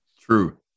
True